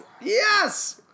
Yes